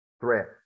threat